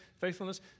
faithfulness